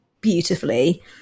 beautifully